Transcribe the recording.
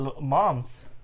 moms